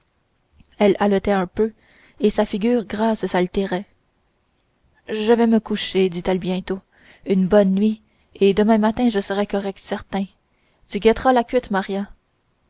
elle haletait un peu et sa figure grasse s'altérait je vas me coucher dit-elle bientôt une bonne nuit et demain matin je serai correcte certain tu guetteras la cuite maria